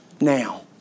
now